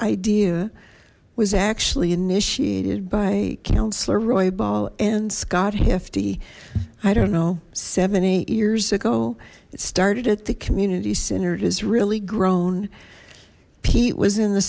idea was actually initiated by councillor roy ball and scott hefty i don't know seven eight years ago it started at the community center it has really grown pete was in the